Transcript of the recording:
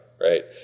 right